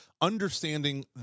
understanding